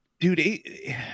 Dude